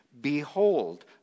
Behold